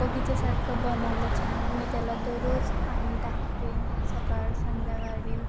बगीच्यासारखं बनवलं छान मी त्याला दररोज पाणी टाकते सकाळ संध्याकाळी